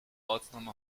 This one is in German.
ortsname